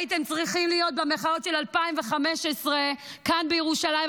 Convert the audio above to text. הייתם צריכים להיות במחאות של2015 כאן בירושלים,